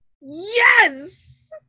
Yes